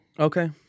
Okay